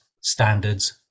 standards